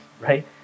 right